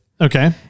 Okay